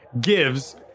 gives